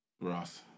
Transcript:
Ross